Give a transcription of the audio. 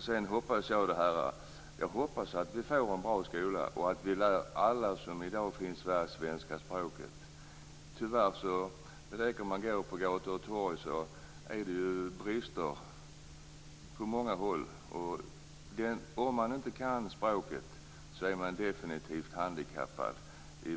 Sedan hoppas jag att vi får en bra skola och att vi lär alla som i dag finns där det svenska språket. Det räcker tyvärr med att gå omkring på gator och torg för att inse att det finns brister på många håll. Om man inte kan språket är man definitivt handikappad